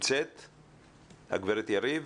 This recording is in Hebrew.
הגברת יריב,